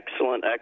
excellent